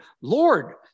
Lord